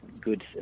good